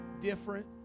different